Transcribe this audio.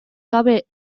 gabe